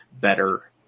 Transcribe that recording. better